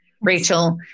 Rachel